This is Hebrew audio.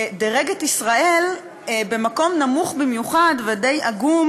דירג את ישראל במקום נמוך במיוחד ודי עגום